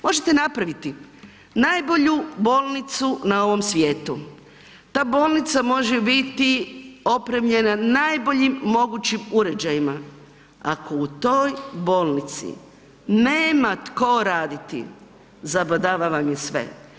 Možete napraviti najbolju bolnicu na ovom svijetu, ta bolnica može biti opremljena najboljim mogućim uređajima ako u toj bolnici nema tko raditi zabadava vam je sve.